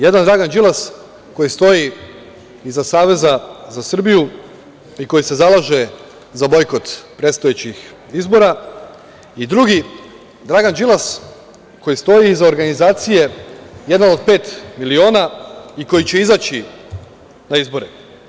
Jedan Dragan Đilas koji stoji iza Saveza za Srbiju i koji se zalaže za bojkot predstojećih izbora i drugi Dragan Đilas koji stoji iza organizacije „Jedan od pet miliona“ i koji će izaći na izbore.